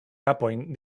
kapojn